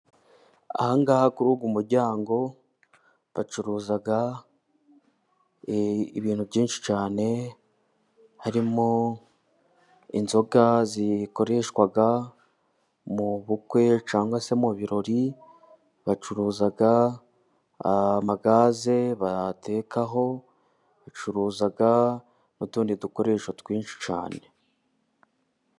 Aha ngaha kuri uyu muryango bacuruza ibintu byinshi cyane, harimo inzoga zikoreshwa mu bukwe cyangwa se mu birori, bacuruza amagaze bayatekaho, bacuruza n' utundi dukoresho twinshi cyane cyane.